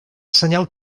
senyal